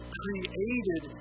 created